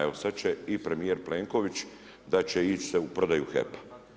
Evo sad će i premijer Plenković, da će ići se u prodaju HEP-a.